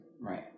right